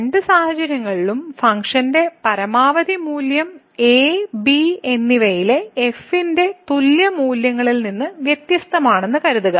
രണ്ട് സാഹചര്യങ്ങളിലും ഫംഗ്ഷന്റെ പരമാവധി മൂല്യം a b എന്നിവയിലെ f ന്റെ തുല്യ മൂല്യങ്ങളിൽ നിന്ന് വ്യത്യസ്തമാണെന്ന് കരുതുക